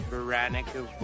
Veronica